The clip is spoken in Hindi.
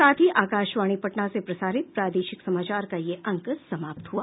इसके साथ ही आकाशवाणी पटना से प्रसारित प्रादेशिक समाचार का ये अंक समाप्त हुआ